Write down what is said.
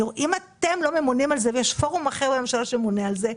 אם אתם לא ממונים על זה ויש פורום אחר בממשלה שממונה על זה,